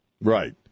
Right